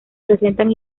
presentan